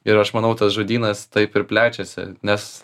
ir aš manau tas žodynas taip ir plečiasi nes